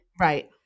Right